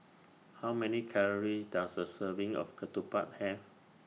How Many Calories Does A Serving of Ketupat Have